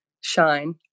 shine